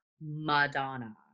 Madonna